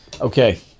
Okay